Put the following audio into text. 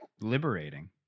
liberating